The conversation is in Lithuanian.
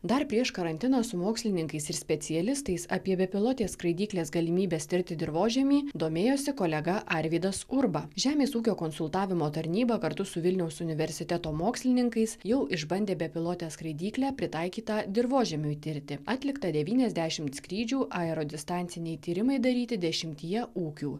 dar prieš karantiną su mokslininkais ir specialistais apie bepilotės skraidyklės galimybes tirti dirvožemį domėjosi kolega arvydas urba žemės ūkio konsultavimo tarnyba kartu su vilniaus universiteto mokslininkais jau išbandė bepilotę skraidyklę pritaikytą dirvožemiui tirti atlikta devyniasdešimt skrydžių aerodistanciniai tyrimai daryti dešimtyje ūkių